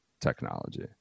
technology